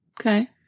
Okay